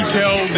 tell